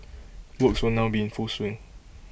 works will now be in full swing